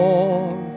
Lord